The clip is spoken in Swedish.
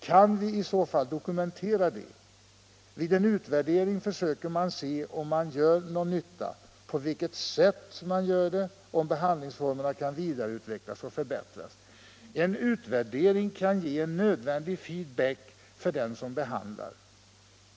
Kan vi i så fall dokumentera det? Vid en utvärdering försöker man se om man gör någon nytta, på vilket sätt man gör det, om behandlingsformerna kan vidareutvecklas och förbättras. En utvärdering kan ge en nödvändig ”feed-back” för den som behandlar: